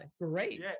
great